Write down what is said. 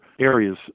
areas